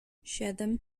siedem